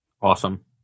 Awesome